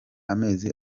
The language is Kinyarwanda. amezi